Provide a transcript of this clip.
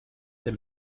der